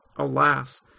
Alas